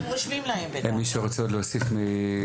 מישהו רוצה עוד להוסיף?